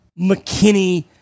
McKinney